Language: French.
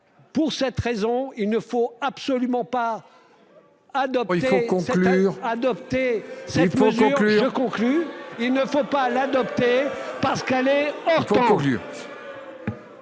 Pour cette raison, il ne faut absolument pas adopter cette mesure ... Il faut conclure. ... parce qu'elle est hors temps.